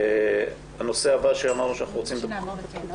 הנושא הבא שאנו רוצים לדבר עליו,